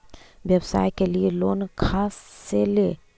व्यवसाय के लिये लोन खा से ले?